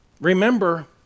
remember